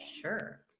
Sure